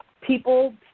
people